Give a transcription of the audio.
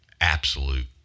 absolute